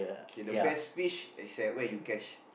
okay the best fish is at where you catch